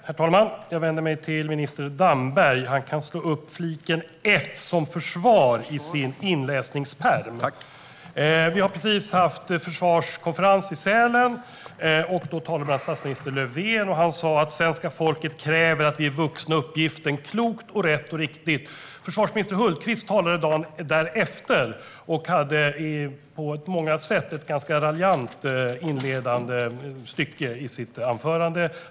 Herr talman! Jag vänder mig till minister Damberg. Han kan slå upp fliken F, som i försvar, i sin inläsningspärm. Vi har precis haft försvarskonferens i Sälen. Där talade bland annat statsminister Löfven. Han sa att svenska folket kräver att vi är vuxna uppgiften. Det är klokt, rätt och riktigt. Försvarsminister Hultqvist talade dagen därefter och hade på många sätt ett ganska raljant inledande stycke i sitt anförande.